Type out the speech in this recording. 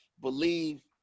believe